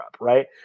right